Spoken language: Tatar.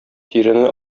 тирене